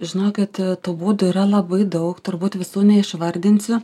žinokit tų būdų yra labai daug turbūt visų neišvardinsiu